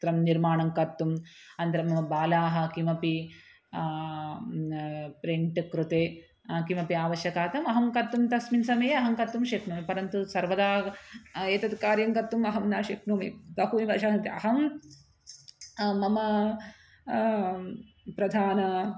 पत्रं निर्माणं कर्तुम् अनन्तरं बालाः किमपि प्रिण्ट्कृते किमपि आवश्यकताम् अहं कर्तुं तस्मिन् समये अहं कर्तुं शक्नोमि परन्तु सर्वदा एतद् कार्यं कर्तुम् अहं न शक्नोमि बहूनि वर्षात् अहं मम प्रधान